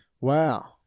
Wow